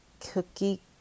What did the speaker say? cookie